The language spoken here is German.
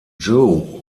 joe